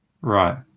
Right